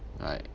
right